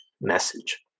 message